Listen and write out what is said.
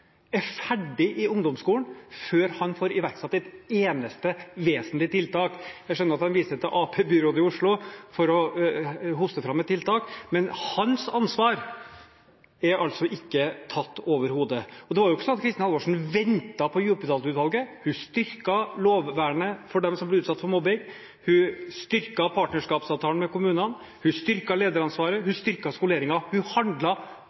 er ferdig i ungdomsskolen før han får iverksatt et eneste vesentlig tiltak. Jeg skjønner at han viser til Arbeiderparti-byrådet i Oslo for å hoste fram et tiltak, men hans ansvar er ikke tatt overhodet. Det var ikke sånn at Kristin Halvorsen ventet på Djupedal-utvalget. Hun styrket lovvernet for dem som ble utsatt for mobbing, hun styrket partnerskapsavtalen med kommunene, hun styrket lederansvaret, hun styrket skoleringen – hun